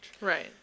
Right